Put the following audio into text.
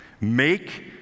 Make